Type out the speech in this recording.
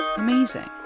amazing.